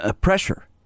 Pressure